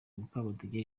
mukabadege